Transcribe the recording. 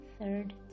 Third